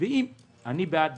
אני בעד